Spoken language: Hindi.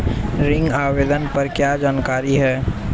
ऋण आवेदन पर क्या जानकारी है?